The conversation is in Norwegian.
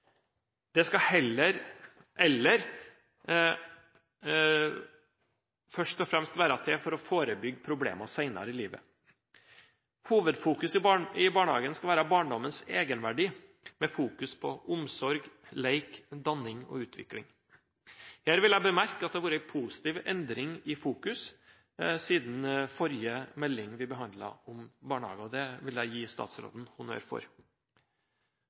Det skal heller først og fremst være at det forebygger problem senere i livet. Hovedfokuset i barnehagen skal være barndommens egenverdi med fokus på omsorg, lek, danning og utvikling. Jeg vil bemerke at det har vært en positiv endring i fokus siden forrige melding om barnehagen. Det vil jeg gi statsråden honnør for.